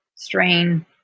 strain